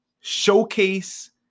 showcase